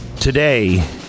Today